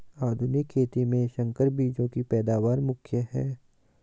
आधुनिक खेती में संकर बीजों की पैदावार मुख्य हैं